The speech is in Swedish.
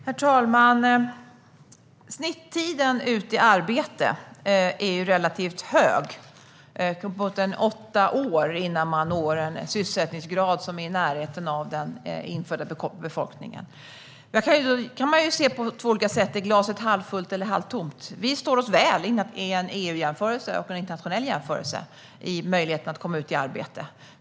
Herr talman! Snittiden för att komma i arbete är relativt hög. Det tar uppemot åtta år innan man når en sysselsättningsgrad som är i närheten av den infödda befolkningens. Det kan ses på två olika sätt: Är glaset halvfullt eller halvtomt? Vi står oss väl i EU-jämförelse och internationell jämförelse när det gäller möjligheten att komma ut i arbete.